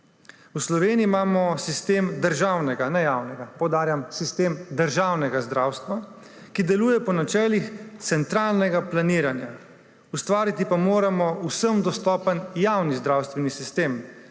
V Sloveniji imamo sistem državnega, ne javnega, poudarjam, sistem državnega zdravstva, ki deluje po načelih centralnega planiranja, ustvariti pa moramo vsem dostopen javni zdravstveni sistem.